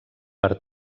per